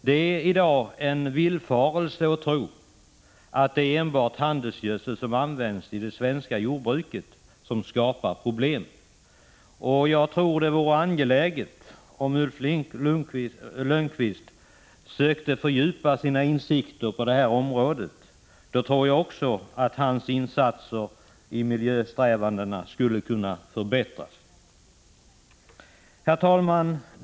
Det är i dag en villfarelse att tro att det enbart är handelsgödseln som används i svenskt jordbruk som skapar problem. Jag tror det vore bra om Ulf Lönnqvist försökte fördjupa sina insikter på detta område. Då tror jag också att hans insatser när det gäller miljösträvandena skulle kunna förbättras. Herr talman!